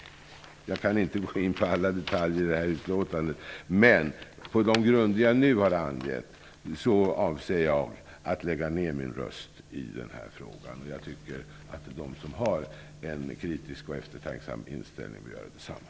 Jag kan inte gå in på alla detaljer i detta utlåtande, men på de grunder som jag nu har angett avser jag att lägga ner min röst i denna fråga. Jag tycker att de som har en kritisk och eftertänksam inställning bör göra detsamma.